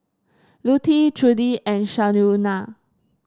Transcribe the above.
Lutie Trudi and Shaunna